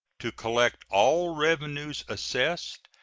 to collect all revenues assessed,